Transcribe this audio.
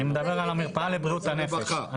אני מדבר על המרפאה לבריאות הנפש.